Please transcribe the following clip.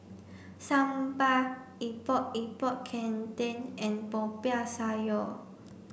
Sambal Epok Epok Kentang and Popiah Sayur